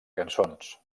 cançons